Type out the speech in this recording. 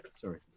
sorry